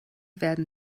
werden